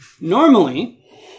normally